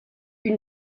une